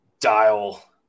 dial